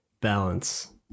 balance